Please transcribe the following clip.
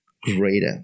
greater